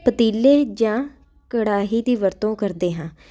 ਪਤੀਲੇ ਜਾਂ ਕੜਾਹੀ ਦੀ ਵਰਤੋਂ ਕਰਦੇ ਹਾਂ